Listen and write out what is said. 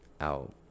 out